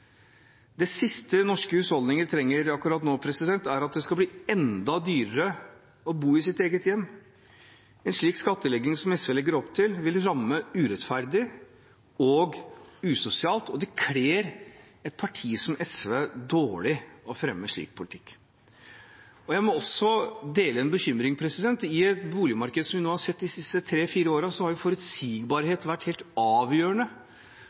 Det siste norske husholdninger trenger akkurat nå, er at det skal bli enda dyrere å bo i sitt eget hjem. En slik skattlegging som SV legger opp til, vil ramme urettferdig og usosialt, og det kler et parti som SV dårlig å fremme slik politikk. Jeg må også dele en bekymring: Slik boligmarkedet har vært de siste tre–fire årene, har forutsigbarhet vært helt avgjørende.